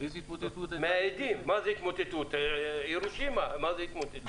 מהאדים, מה זה התמוטטות,